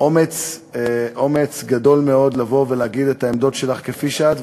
אומץ גדול מאוד לבוא ולהגיד את העמדות שלך כפי שאת,